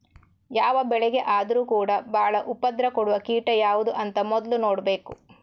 ಯಾವ ಬೆಳೆಗೆ ಆದ್ರೂ ಕೂಡಾ ಬಾಳ ಉಪದ್ರ ಕೊಡುವ ಕೀಟ ಯಾವ್ದು ಅಂತ ಮೊದ್ಲು ನೋಡ್ಬೇಕು